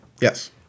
Yes